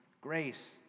Grace